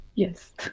Yes